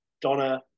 Donna